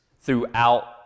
throughout